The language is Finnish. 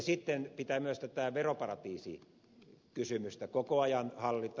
sitten pitää myös tätä veroparatiisikysymystä koko ajan hallita